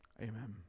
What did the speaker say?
Amen